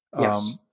Yes